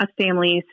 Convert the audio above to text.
families